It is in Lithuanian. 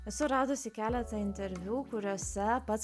esu radusi keletą interviu kuriuose pats